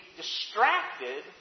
distracted